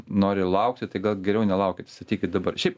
nori laukti tai gal geriau nelaukit statykit dabar šiaip